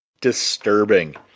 disturbing